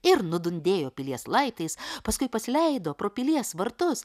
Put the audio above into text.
ir nudundėjo pilies laiptais paskui pasileido pro pilies vartus